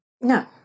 No